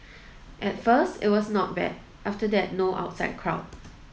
at first it was not bad after that no outside crowd